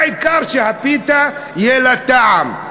העיקר שהפיתה יהיה לה טעם.